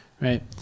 right